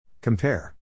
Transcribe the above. Compare